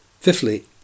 Fifthly